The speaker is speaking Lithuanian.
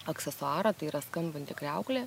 aksesuarą tai yra skambanti kriauklė